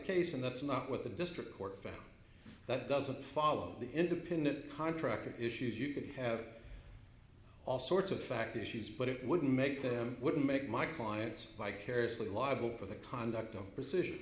case and that's not what the district court found that doesn't follow the independent contractor issues you could have all sorts of fact issues but it wouldn't make them wouldn't make my clients vicariously liable for the conduct of decision